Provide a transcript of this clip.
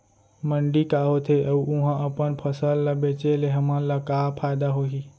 मंडी का होथे अऊ उहा अपन फसल ला बेचे ले हमन ला का फायदा होही?